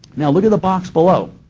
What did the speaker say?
now look at the box below.